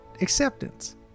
acceptance